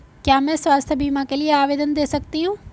क्या मैं स्वास्थ्य बीमा के लिए आवेदन दे सकती हूँ?